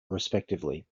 respectively